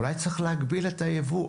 אולי צריך להגביל את היבוא.